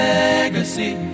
legacy